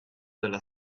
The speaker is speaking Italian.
della